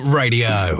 radio